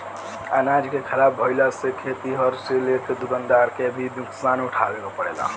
अनाज के ख़राब भईला से खेतिहर से लेके दूकानदार के भी नुकसान उठावे के पड़ेला